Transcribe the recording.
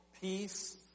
peace